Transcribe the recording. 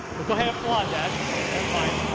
ok. applaud that. that's that's fine.